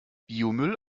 biomüll